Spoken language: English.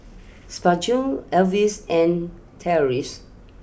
Spurgeon Avis and Terese